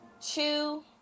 Two